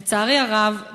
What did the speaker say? לצערי הרב,